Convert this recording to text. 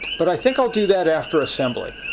but i think i'll do that after assembly.